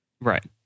Right